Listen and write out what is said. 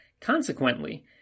Consequently